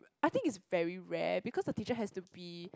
I think it's very rare because a teacher has to be